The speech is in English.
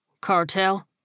Cartel